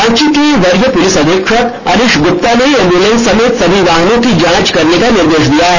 रांची के वरीय पुलिस अधीक्षक अनीश गुप्ता ने एंब्लेंस सहित सभी वाहनों की जांच करने का निर्देश दिया है